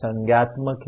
संज्ञानात्मक है